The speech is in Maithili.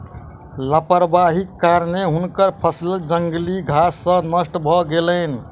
लापरवाहीक कारणेँ हुनकर फसिल जंगली घास सॅ नष्ट भ गेलैन